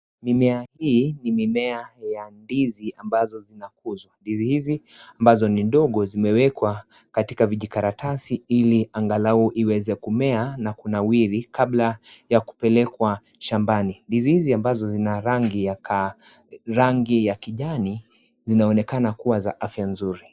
Mimea hii ni mimea ya ndizi ambazo zinakuzwa, ndizi hizi ambazo ni ndogo zimewekwa katika vijikaratasi ili angalau iweze kumea na kunawiri kabla ya kupelekwa shambani, ndizi hizi ambazo zina rangi ya kaa, rangi ya kijani zinaonekana kuwa za afya nzuri.